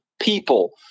people